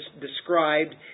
described